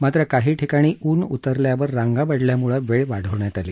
मात्र काही ठिकाणी ऊन उतरल्यावर रांगा वाढल्यामुळे वेळ वाढवण्यात आली